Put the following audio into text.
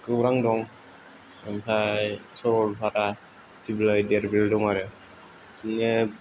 गौरां दं ओमफ्राय सरलपारा दिब्लाइ दिरबिल दं आरो बिदिनो